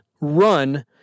run